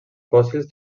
fòssils